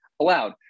allowed